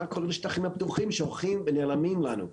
קורה בשטחים הפתוחים שהולכים ונעלמים לנו,